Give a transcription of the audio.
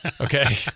Okay